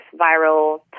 viral